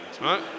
right